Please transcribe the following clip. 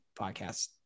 podcast